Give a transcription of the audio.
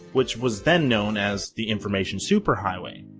which was then known as the information superhighway.